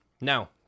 Now